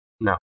No